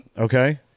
Okay